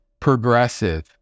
Progressive